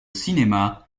cinéma